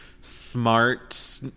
smart